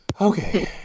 okay